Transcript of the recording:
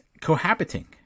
cohabiting